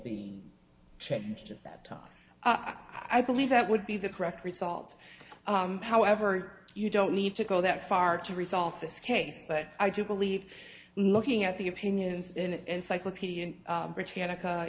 be changed at that time i believe that would be the correct result however you don't need to go that far to resolve this case but i do believe looking at the opinions in encyclopedia